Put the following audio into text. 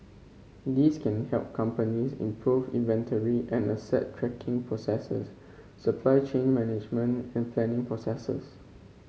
these can help companies improve inventory and asset tracking processes supply chain management and planning processes